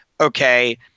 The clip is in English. okay